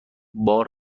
بار